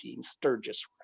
Sturgis